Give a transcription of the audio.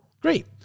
Great